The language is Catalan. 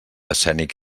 escènic